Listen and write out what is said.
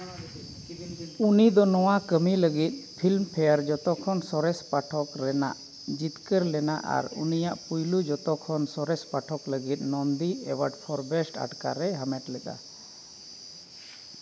ᱩᱱᱤ ᱫᱚ ᱱᱚᱣᱟ ᱠᱟᱹᱢᱤ ᱞᱟᱹᱜᱤᱫ ᱯᱷᱤᱞᱢᱯᱷᱮᱭᱟᱨ ᱡᱚᱛᱚ ᱠᱷᱚᱱ ᱥᱚᱨᱮᱥ ᱯᱟᱴᱷᱚᱠ ᱨᱮᱱᱟᱜ ᱡᱤᱛᱠᱟᱹᱨ ᱞᱮᱱᱟ ᱟᱨ ᱩᱱᱤᱭᱟᱜ ᱯᱩᱭᱞᱩ ᱡᱚᱛᱚ ᱠᱷᱚᱱ ᱥᱚᱨᱮᱥ ᱯᱟᱴᱷᱚᱠ ᱞᱟᱹᱜᱤᱫ ᱱᱚᱱᱫᱤ ᱮᱣᱟᱨᱰ ᱯᱷᱳᱨ ᱵᱮᱥᱴ ᱟᱴᱠᱟᱨᱮ ᱦᱟᱢᱮᱴ ᱞᱮᱫᱟ